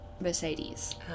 Mercedes